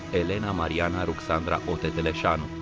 elena mariana ruxandra otetelesanu.